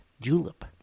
Julep